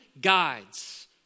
guides